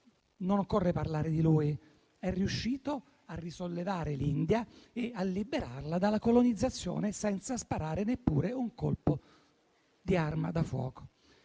non occorre parlare di lui - è riuscito a risollevare l'India e a liberarla dalla colonizzazione, senza sparare neppure un colpo di arma da fuoco.